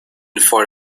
for